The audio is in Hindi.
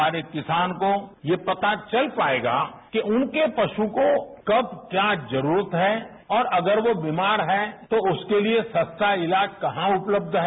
हमारे किसान को ये पता चल पाएगा कि उनके पसु को कब क्या जरूरत है और अगर दोबीमार है तो उसके लिए सस्ता इलाज कहां उपलब्ध है